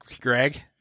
Greg